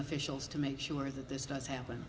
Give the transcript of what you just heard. officials to make sure that this does happen